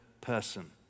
person